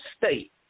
state